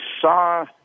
saw